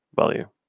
value